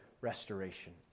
restoration